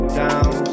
down